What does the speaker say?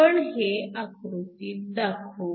आपण हे आकृतीत दाखवू